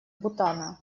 бутана